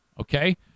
Okay